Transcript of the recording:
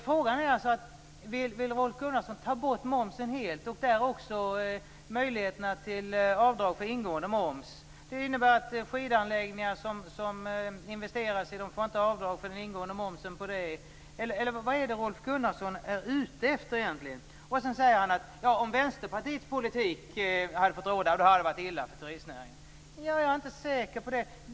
Frågan är alltså: Vill Rolf Gunnarsson ta bort momsen helt och då också möjligheterna till avdrag för ingående moms? Det innebär att skidanläggningar som investerar inte får avdrag för den ingående momsen. Vad är Rolf Gunnarsson egentligen ute efter? Han säger att det hade varit illa för turistnäringen om Vänsterpartiets politik hade fått råda. Jag är inte säker på det.